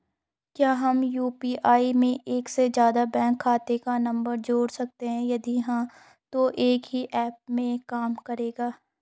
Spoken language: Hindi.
क्या हम यु.पी.आई में एक से ज़्यादा बैंक खाते का नम्बर जोड़ सकते हैं यदि हाँ तो एक ही ऐप में काम करेगा?